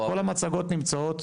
כל המצגות נמצאות